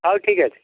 ହଉ ଠିକ୍ ଅଛି